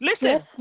Listen